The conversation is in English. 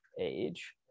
age